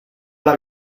alla